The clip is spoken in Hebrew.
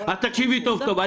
תקשיבי טוב-טוב,